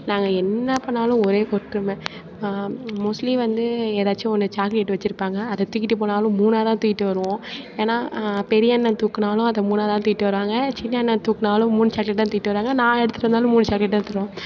நாங்கள் என்ன பண்ணாலும் ஒரே ஒற்றுமை மோஸ்லி வந்து எதாச்சும் ஒன்று சாக்லேட் வச்சிருப்பாங்க அதை தூக்கிட்டு போனாலும் மூணாகதான் தூக்கிட்டு வருவோம் ஏனா பெரியண்ணன் தூக்கினாலும் அதை மூணாக தான் தூக்கிட்டு வருவாங்க சின்னண்ணன் தூக்கினாலும் மூணு சாக்லேட் தான் தூக்கிட்டு வருவாங்க நான் எடுத்துட்டு வந்தாலும் மூணு சாக்லேட் தான் எடுத்துட்டு வருவேன்